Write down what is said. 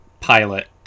pilot